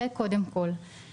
זה קודם כול.